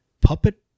puppet